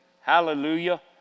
Hallelujah